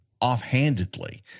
offhandedly